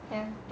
ya